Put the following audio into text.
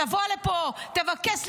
תבוא לפה, תבקש סליחה,